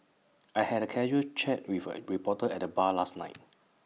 I had A casual chat with A reporter at the bar last night